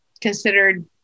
considered